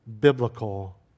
biblical